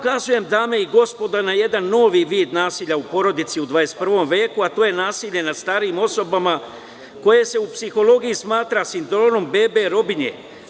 Dame i gospodo, ukazujem na jedan novi vid nasilja u porodici u 21 veku, a to je nasilje nad starijim osobama, koje se u psihologiji smatra sindromom bebe robinje.